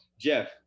Jeff